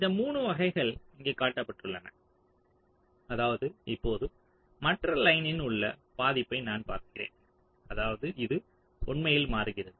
இந்த 3 வகைகள் இங்கே காட்டப்பட்டுள்ளன அதாவது இப்போது மற்ற லைனில் உள்ள பாதிப்பை நான் பார்க்கிறேன் அதாவது இது உண்மையில் மாறுகிறது